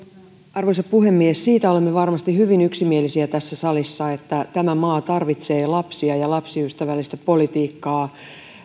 arvoisa puhemies siitä olemme varmasti hyvin yksimielisiä tässä salissa että tämä maa tarvitsee lapsia ja lapsiystävällistä politiikkaa